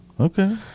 Okay